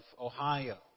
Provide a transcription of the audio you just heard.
Ohio